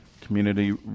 community